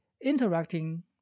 interacting